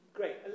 Great